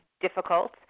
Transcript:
difficult